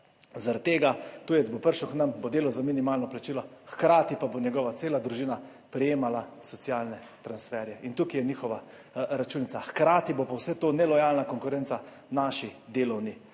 Zaradi tega, tujec bo prišel k nam, bo delal za minimalno plačilo, hkrati pa bo njegova cela družina prejemala socialne transferje in tukaj je njihova računica, hkrati bo pa vse to nelojalna konkurenca naši delovni